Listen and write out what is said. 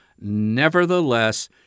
nevertheless